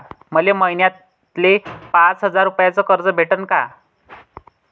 मले महिन्याले पाच हजार रुपयानं कर्ज भेटन का?